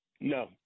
No